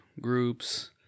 groups